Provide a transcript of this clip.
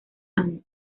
ann